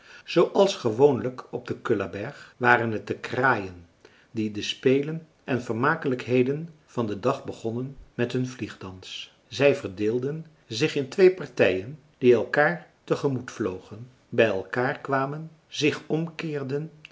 zooals gewoonlijk op den kullaberg waren het de kraaien die de spelen en vermakelijkheden van den dag begonnen met hun vliegdans zij verdeelden zich in twee partijen die elkaar te gemoet vlogen bij elkaar kwamen zich omkeerden